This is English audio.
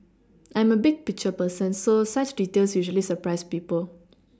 I am a big picture person so such details usually surprise people